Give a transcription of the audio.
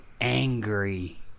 angry